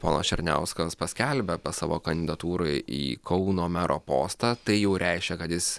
ponas černiauskas paskelbė savo kandidatūrą į kauno mero postą tai jau reiškia kad jis